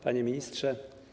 Panie Ministrze!